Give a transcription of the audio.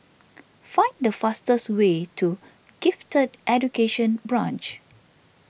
find the fastest way to Gifted Education Branch